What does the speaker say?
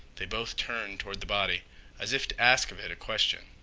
they both turned toward the body as if to ask of it a question.